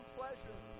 pleasure